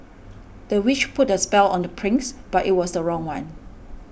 the witch put a spell on the prince but it was the wrong one